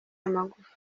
amagufa